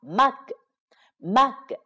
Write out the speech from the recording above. mug,mug